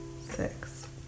six